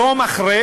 יום אחרי